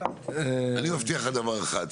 אני מבטיח לך דבר אחד,